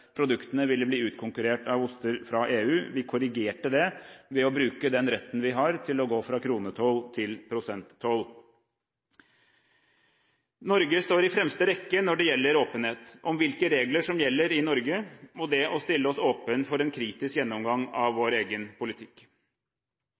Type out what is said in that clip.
produktene ville bli utkonkurrert av oster fra EU. Vi korrigerte det ved å bruke den retten vi har til å gå fra kronetoll til prosenttoll. Norge står i fremste rekke når det gjelder åpenhet – om hvilke regler som gjelder i Norge – og i det å stille oss åpen for en kritisk gjennomgang av